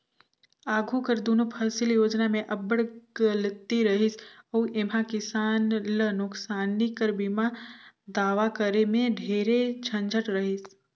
आघु कर दुनो फसिल योजना में अब्बड़ गलती रहिस अउ एम्हां किसान ल नोसकानी कर बीमा दावा करे में ढेरे झंझट रहिस